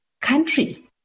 country